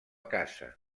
casa